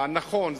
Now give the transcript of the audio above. נכון,